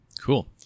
cool